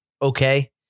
Okay